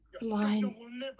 line